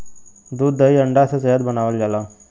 दूध दही अंडा से सेहत बनावल जाला